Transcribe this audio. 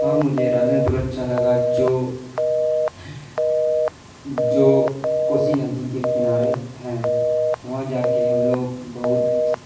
ہاں مجھے راجن پور اچھا لگا جو جو کوسی ندی کے کنارے ہیں وہاں جا کے ہم لوگ بہت